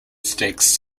states